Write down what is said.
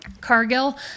Cargill